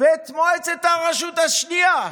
ואת מועצת הרשות השנייה,